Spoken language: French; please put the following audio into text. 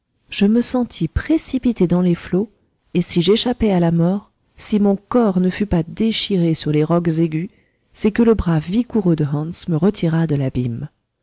je me sentis précipité dans les flots et si j'échappai à la mort si mon corps ne fut pas déchiré sur les rocs aigus c'est que le bras vigoureux de hans me retira de l'abîme